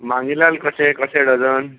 मांगिलाल कशे कशे डजन